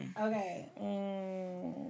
Okay